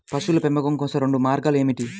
పశువుల పెంపకం కోసం రెండు మార్గాలు ఏమిటీ?